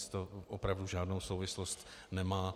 To opravdu žádnou souvislost nemá.